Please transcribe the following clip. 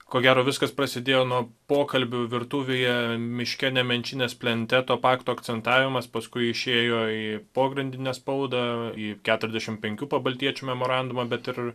ko gero viskas prasidėjo nuo pokalbių virtuvėje miške nemenčinės plente to pakto akcentavimas paskui išėjo į pogrindinę spaudą į keturiasdešimt penkių pabaltijiečių memorandumą bet ir